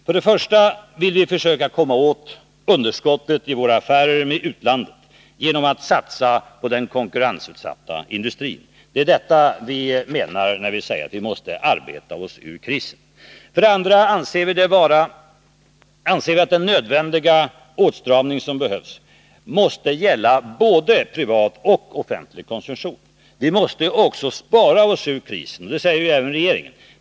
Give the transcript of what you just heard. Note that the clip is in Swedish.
För det första vill vi försöka komma åt underskottet i våra affärer med utlandet genom att satsa på den konkurrensutsatta industrin. Det är detta vi menar när vi säger att vi måste arbeta oss ur krisen. För det andra anser vi att den nödvändiga åtstramning som behövs måste gälla både privat och offentlig konsumtion. Vi måste också spara oss ur krisen. Det säger ju även regeringen.